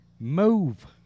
Move